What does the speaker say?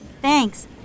Thanks